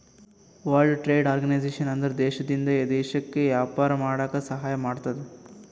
world trade organisation ಅಂದುರ್ ದೇಶದಿಂದ್ ದೇಶಕ್ಕ ವ್ಯಾಪಾರ ಮಾಡಾಕ ಸಹಾಯ ಮಾಡ್ತುದ್